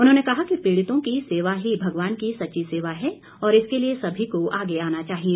उन्होंने कहा कि पीड़ितों की सेवा ही भगवान की सच्ची सेवा है और इसके लिए सभी को आगे आना चाहिए